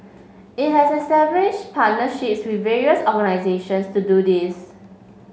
it has established partnerships with various organisations to do this